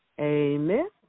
Amen